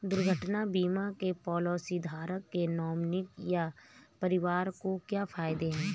दुर्घटना बीमा से पॉलिसीधारक के नॉमिनी या परिवार को क्या फायदे हैं?